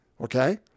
okay